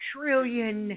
Trillion